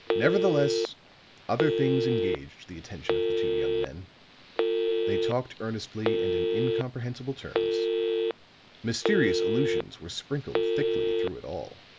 nevertheless other things engaged the attention of the two young men they talked earnestly and in incomprehensible terms mysterious allusions were sprinkled thickly through it all.